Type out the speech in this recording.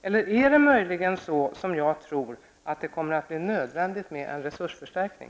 Eller är det möjligen så, som jag tror, att det kommer att bli nödvändigt med en resursförstärkning?